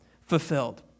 fulfilled